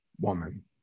woman